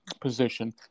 position